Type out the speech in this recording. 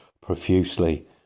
profusely